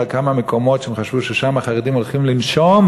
כמה מקומות שהם חשבו ששם החרדים הולכים לנשום,